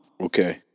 okay